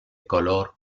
color